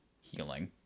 healing